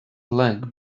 lag